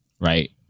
Right